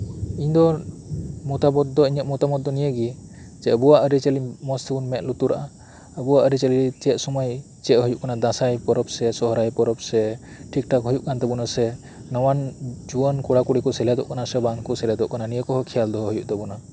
ᱤᱧᱫᱚ ᱤᱧᱟᱜ ᱢᱮᱱ ᱫᱚ ᱱᱤᱭᱟᱹᱜᱤ ᱡᱮ ᱟᱵᱩᱣᱟᱜ ᱟᱹᱨᱤᱪᱟᱹᱞᱤ ᱢᱚᱪᱛᱮᱵᱩᱱ ᱞᱩᱛᱩᱨᱟᱜ ᱟ ᱟᱵᱩᱣᱟᱜ ᱟᱹᱨᱤᱪᱟᱹᱞᱤ ᱪᱮᱫ ᱥᱩᱢᱟᱹᱭ ᱪᱮᱫ ᱦᱩᱭᱩᱜ ᱠᱟᱱᱟ ᱫᱟᱥᱟᱸᱭ ᱯᱚᱨᱚᱵ ᱥᱮ ᱥᱚᱦᱚᱨᱟᱭ ᱯᱚᱨᱚᱵ ᱥᱮ ᱴᱷᱤᱠ ᱴᱷᱟᱠ ᱦᱩᱭᱩᱜ ᱠᱟᱱ ᱛᱟᱵᱩᱱᱟᱥᱮ ᱱᱟᱣᱟᱱ ᱡᱩᱣᱟᱹᱱ ᱠᱚᱲᱟ ᱠᱩᱲᱤ ᱠᱩ ᱥᱮᱞᱮᱫᱚᱜ ᱠᱟᱱᱟ ᱥᱮ ᱵᱟᱝᱠᱩ ᱥᱮᱞᱮᱫᱚᱜ ᱠᱟᱱᱟ ᱱᱤᱭᱟᱹ ᱠᱚᱦᱚᱸ ᱠᱷᱮᱭᱟᱞ ᱫᱚᱦᱚ ᱦᱩᱭᱩᱜ ᱛᱟᱵᱩᱱᱟ